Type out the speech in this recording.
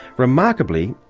remarkably,